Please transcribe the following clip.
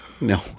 No